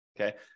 Okay